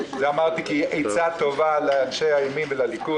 כעצה טובה לאנשי הימין וליכוד.